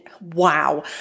wow